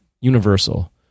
Universal